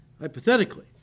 hypothetically